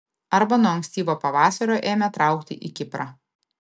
arba nuo ankstyvo pavasario ėmė traukti į kiprą